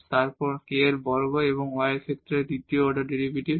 তারপর k বর্গ এবং y এর ক্ষেত্রে দ্বিতীয় অর্ডার ডেরিভেটিভ হবে